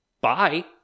bye